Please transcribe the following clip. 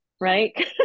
right